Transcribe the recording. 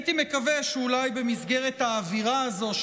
הייתי מקווה שאולי במסגרת האווירה הזו,